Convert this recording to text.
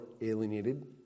alienated